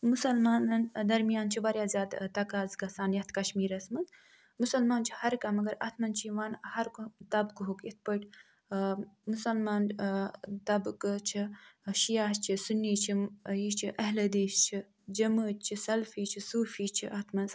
مُسَلمانن درمیان چھِ واریاہ زیادٕ تقاضہٕ گَژھان یتھ کَشمیٖرَس مَنٛز مُسَلمان چھُ ہر کانٛہہ مگر اَتھ مَنٛز چھِ یِوان ہر کانٛہہ طبقُک یِتھ پٲٹھۍ ٲں مُسَلمان ٲں طبقہٕ چھِ شیعہ چھِ سُنی چھِ یہِ چھ اہل حدیث چھِ جَمٲعتۍ چھِ سَلفی چھِ سوٗفی چھِ اتھ مَنٛز